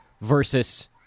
versus